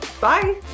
Bye